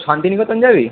শান্তিনিকেতন যাবি